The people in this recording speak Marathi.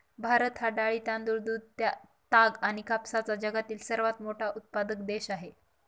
भारत हा डाळी, तांदूळ, दूध, ताग आणि कापसाचा जगातील सर्वात मोठा उत्पादक देश आहे